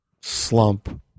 slump